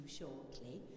shortly